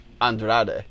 Andrade